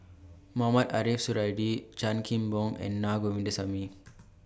Mohamed Ariff Suradi Chan Kim Boon and Naa Govindasamy